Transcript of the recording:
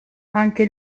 anche